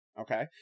Okay